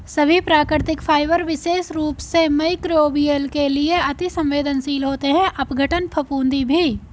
सभी प्राकृतिक फाइबर विशेष रूप से मइक्रोबियल के लिए अति सवेंदनशील होते हैं अपघटन, फफूंदी भी